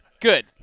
Good